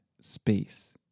space